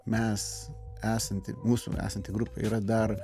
mes esanti mūsų esanti grupė yra dar